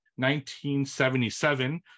1977